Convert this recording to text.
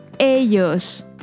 Ellos